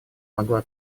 могла